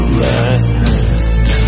land